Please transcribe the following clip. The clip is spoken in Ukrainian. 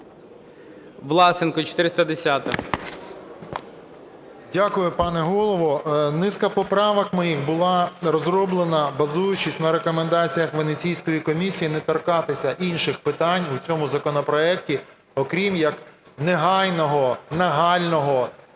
ВЛАСЕНКО С.В. Дякую, пане Голово. Низка поправок моїх була розроблена, базуючись на рекомендаціях Венеційської комісії не торкатися інших питань у цьому законопроекті, окрім як негайного, нагального,